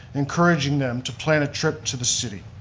encouraging them to plan a trip to the city.